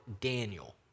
Daniel